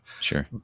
Sure